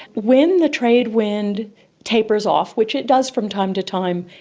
when the trade wind tapers off, which it does from time to time,